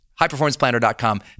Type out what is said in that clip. Highperformanceplanner.com